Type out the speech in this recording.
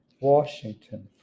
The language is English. Washington